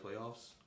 playoffs